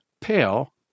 Pale